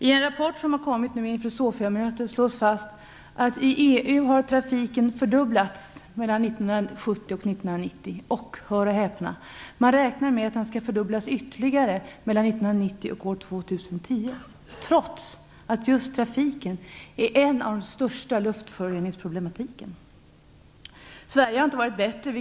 I en rapport som har kommit inför 1970-1990, och, hör och häpna, man räknar med att den skall fördubblas ytterligare 1990-2010, trots att just trafiken är ett av de största luftföroreningsproblemen. Sverige har inte varit bättre.